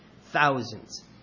Thousands